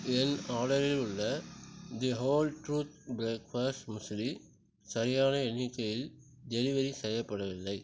என் ஆர்டரில் உள்ள the whole truth breakfast muesli சரியான எண்ணிக்கையில் டெலிவரி செய்யப்படவில்லை